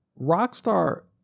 Rockstar